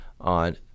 on